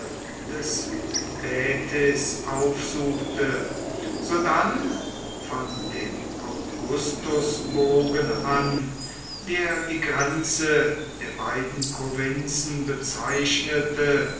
des baetis aufsuchte sodann von dem augustusbogen an der die grenze der beiden provinzen bezeichnete